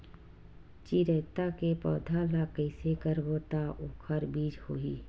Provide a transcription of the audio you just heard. चिरैता के पौधा ल कइसे करबो त ओखर बीज होई?